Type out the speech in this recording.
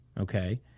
okay